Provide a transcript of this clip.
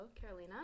Carolina